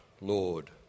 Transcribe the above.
Lord